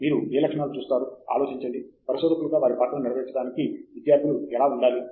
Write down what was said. మీరు ఏ లక్షణాలు చూస్తారు ఆలోచించండి పరిశోధకులుగా వారి పాత్రను నెరవేర్చడానికి విద్యార్థులు ఎలా ఉండాలి